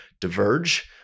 diverge